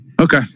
Okay